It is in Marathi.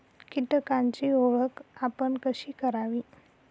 कीटकांची ओळख आपण कशी करावी?